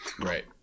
Right